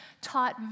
taught